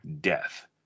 Death